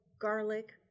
garlic